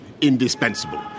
indispensable